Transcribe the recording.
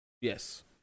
yes